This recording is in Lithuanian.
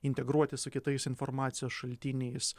integruoti su kitais informacijos šaltiniais